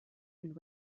and